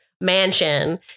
mansion